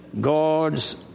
God's